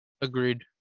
agreed